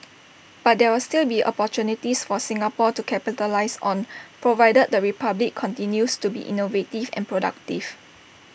but there will still be opportunities for Singapore to capitalise on provided the republic continues to be innovative and productive